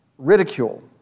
ridicule